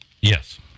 Yes